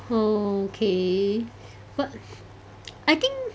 okay but I think